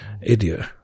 Idiot